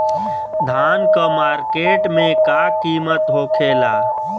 धान क मार्केट में का कीमत होखेला?